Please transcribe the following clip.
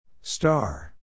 Star